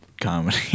comedy